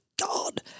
God